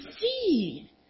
see